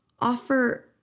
offer